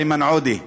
איימן עודה,